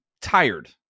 tired